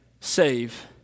save